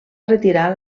retirar